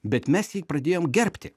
bet mes jį pradėjom gerbti